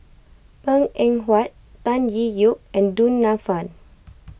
Png Eng Huat Tan Tee Yoke and Du Nanfa